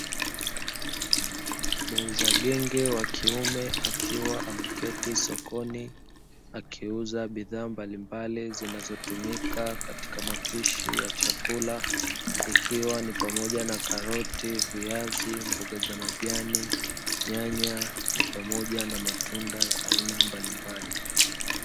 Muuza genge wa kiume akiwa ameketi sokoni, akiuza bidhaa mbalimbali zinazotumika katika mapishi ya chakula, ikiwa ni pamoja na karoti, viazi, mboga za majani, nyanya, na pamoja na matunda ya aina mbalimbali.